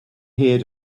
here